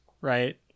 right